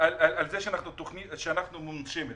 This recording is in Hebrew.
זה שאנחנו רשות מונשמת.